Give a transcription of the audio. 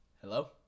Hello